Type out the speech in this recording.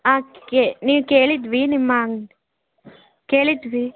ಆಂ ಕೇ ನೀವು ಕೇಳಿದ್ದೀವಿ ನಿಮ್ಮ ಕೇಳಿದ್ದೀವಿ